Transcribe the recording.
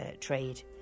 trade